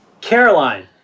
caroline